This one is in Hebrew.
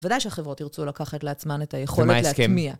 ודאי שהחברות ירצו לקחת לעצמן את היכולת להטמיע.